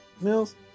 Mills